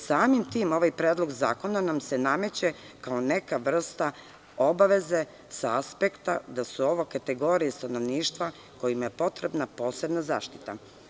Samim tim ovaj predlog zakona nam se nameće kao neka vrsta obaveze sa aspekta da su ovo kategorije stanovništva kojima je potrebna posebna zaštita.